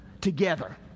together